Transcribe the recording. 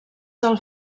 del